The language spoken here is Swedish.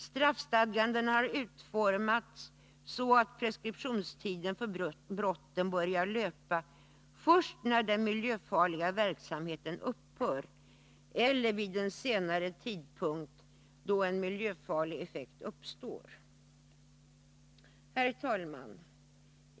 Straffstadgandena har utformats så, att preskriptionstiden för brotten börjar löpa först när den miljöfarliga verksamheten upphör eller vid en senare tidpunkt då en miljöfarlig effekt uppstår. Herr talman!